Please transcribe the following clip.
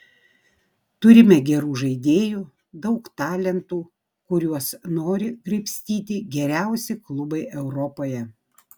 turime gerų žaidėjų daug talentų kuriuos nori graibstyti geriausi klubai europoje